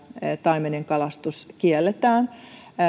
taimenen kalastus avomerellä kielletään